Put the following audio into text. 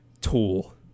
Tool